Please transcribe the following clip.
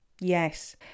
Yes